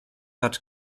hat